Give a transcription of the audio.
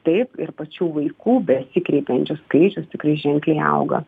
taip ir pačių vaikų besikreipiančių skaičius tikrai ženkliai auga